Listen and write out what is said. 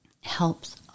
helps